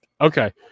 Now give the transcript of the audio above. Okay